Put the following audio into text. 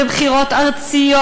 בבחירות ארציות,